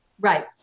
Right